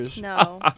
no